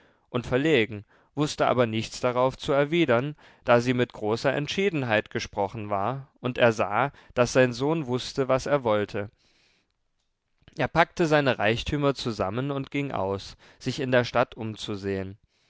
und verlegen wußte aber nichts darauf zu erwidern da sie mit großer entschiedenheit gesprochen war und er sah daß sein sohn wußte was er wollte er packte seine reichtümer zusammen und ging aus sich in der stadt umzusehen